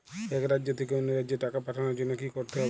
এক রাজ্য থেকে অন্য রাজ্যে টাকা পাঠানোর জন্য কী করতে হবে?